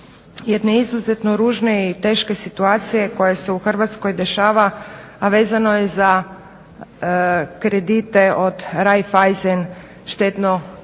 jedne izuzetno ružne i teške situacije koja se u Hrvatskoj dešava, a vezano je za kredite od Raiffeisen štedno-kreditnih